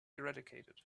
eradicated